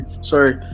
sorry